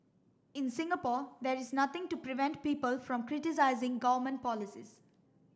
in Singapore there is nothing to prevent people from criticising government policies